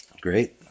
great